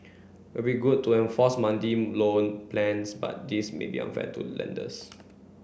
it'd be good to enforce monthly loan plans but this may be unfair to lenders